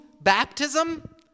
baptism